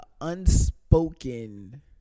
unspoken